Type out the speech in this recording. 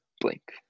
blank